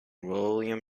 william